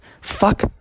Fuck